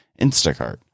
Instacart